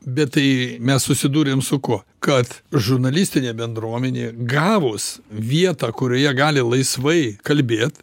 bet tai mes susidūrėm su kuo kad žurnalistinė bendruomenė gavus vietą kurioje gali laisvai kalbėt